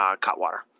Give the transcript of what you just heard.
cutwater